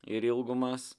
ir ilgumas